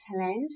challenge